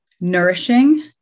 nourishing